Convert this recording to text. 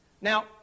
Now